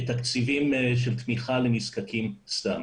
בתקציבים של תמיכה לנזקקים סתם.